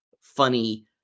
funny